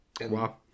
Wow